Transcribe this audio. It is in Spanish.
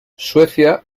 suecia